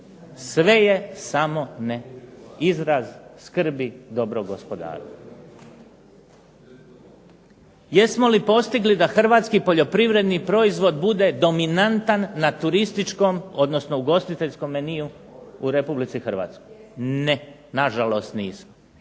sve je samo ne izraz skrbi dobrog gospodara. Jesmo li postigli da hrvatski poljoprivredni proizvod bude dominantan na turističkom, odnosno ugostiteljskom meniju u Republici Hrvatskoj? Ne. Na žalost nismo.